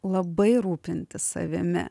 labai rūpintis savimi